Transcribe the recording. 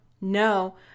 No